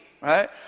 right